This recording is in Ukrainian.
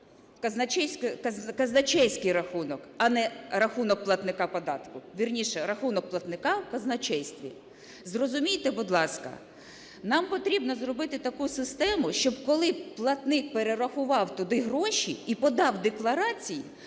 казначейський рахунок, а не рахунок платника податку, вірніше, рахунок платника в казначействі. Зрозумійте, будь ласка, нам потрібно зробити таку систему, щоб коли платник перерахував туди гроші і подав декларацію,